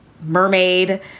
mermaid